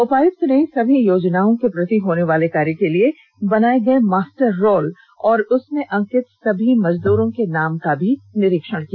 उपायुक्त ने सभी योजनाओं के प्रति होने वाले कार्य के लिए बनाए गए मास्टर रोल और उसमें अंकित सभी मजदूरों के नामों का भी निरीक्षण किया